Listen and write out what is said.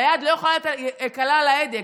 והיד לא יכולה להיות קלה על ההדק,